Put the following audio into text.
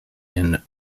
and